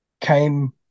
came